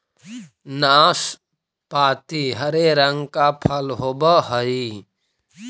नाशपाती हरे रंग का फल होवअ हई